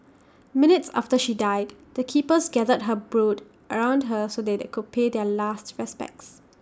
minutes after she died the keepers gathered her brood around her so they could pay their last respects